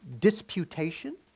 disputation